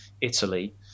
Italy